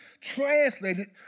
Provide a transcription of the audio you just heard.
translated